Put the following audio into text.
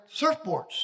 surfboards